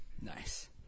Nice